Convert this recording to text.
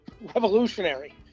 revolutionary